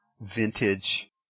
vintage